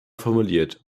formuliert